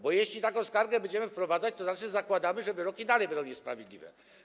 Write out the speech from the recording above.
Bo jeśli taką skargę będziemy wprowadzać, to zakładamy, że wyroki dalej będą niesprawiedliwe.